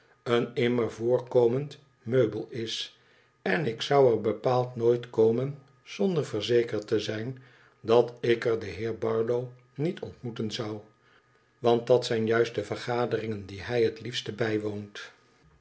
een immer voorkomend meubel is en ik zou er bepaald nooit komen zonder verzekerd te zijn dat ik er den heer barlow niet ontmoeten zou want dat zijn juist de vergaderingen die hij het liefste bijwoont